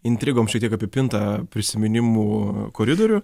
intrigom šitiek apipintą prisiminimų koridorių